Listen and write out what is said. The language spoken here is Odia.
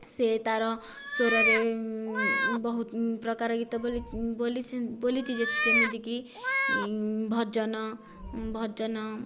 ସେ ତାର ସ୍ଵରରେ ବହୁତ ପ୍ରକାର ଗୀତ ବୋଲି ବୋଲିଛି ଯେମିତିକି ଭଜନ ଭଜନ